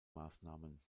maßnahmen